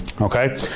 Okay